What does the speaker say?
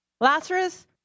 Lazarus